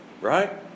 Right